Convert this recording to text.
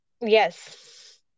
Yes